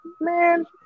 man